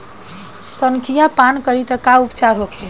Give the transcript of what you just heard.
संखिया पान करी त का उपचार होखे?